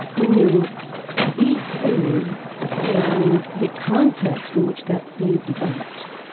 when you eat food in the context in which that food developed,